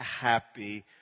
happy